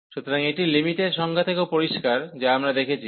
সুতরাং এটি লিমিটের সংজ্ঞা থেকেও পরিষ্কার যা আমরা দেখেছি